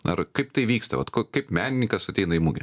ar kaip tai vyksta vat ku kaip menininkas ateina į mugę